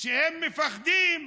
שהם מפחדים,